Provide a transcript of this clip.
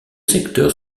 secteurs